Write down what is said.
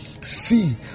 See